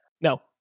No